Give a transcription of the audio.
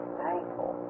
thankful